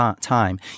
time